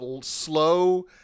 slow